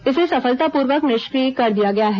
इसे सफलतापूर्वक निष्क्रिय कर दिया गया है